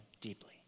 deeply